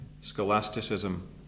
scholasticism